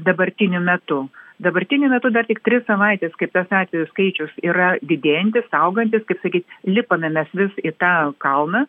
dabartiniu metu dabartiniu metu dar tik tris savaites kaip tas atvejų skaičius yra didėjantis augantis kaip sakyt lipame mes vis į tą kalną